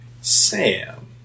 Sam